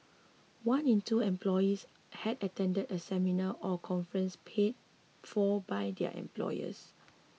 one in two employees had attended a seminar or conference paid for by their employers